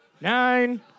nine